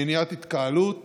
מניעת התקהלות